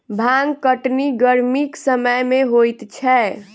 भांग कटनी गरमीक समय मे होइत छै